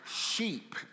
sheep